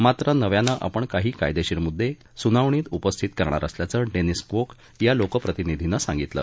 मात्र नव्यानं आपण काही कायदेशीर मुद्दे सुनावणीत उपस्थित करणार असल्याचं डेनिस क्वोक या लोकप्रतिनिधीनं सांगितलं